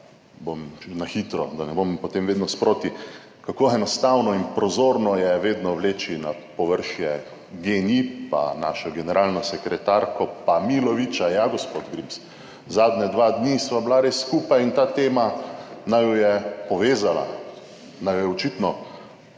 bom na hitro, da ne bom potem vedno sproti, kako enostavno in prozorno je vedno vleči na površje GEN-I, pa našo generalno sekretarko, pa Milovića, ja, gospod Grims, zadnja dva dni sva bila res skupaj in ta tema naju je povezala, naju je očitno